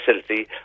facility